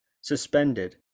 suspended